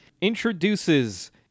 introduces